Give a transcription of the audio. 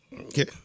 Okay